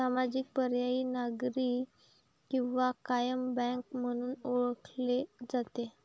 सामाजिक, पर्यायी, नागरी किंवा कायम बँक म्हणून ओळखले जाते